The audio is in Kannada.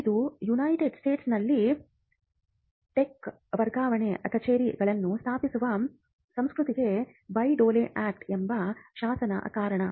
ಇದು ಯುನೈಟೆಡ್ ಸ್ಟೇಟ್ಸ್ನಲ್ಲಿ ಟೆಕ್ ವರ್ಗಾವಣೆ ಕಚೇರಿಗಳನ್ನು ಸ್ಥಾಪಿಸುವ ಸಂಸ್ಕೃತಿಗೆ ಬೇಹ್ ಡೋಲ್ ಆಕ್ಟ್ ಎಂಬ ಶಾಸನ ಕಾರಣ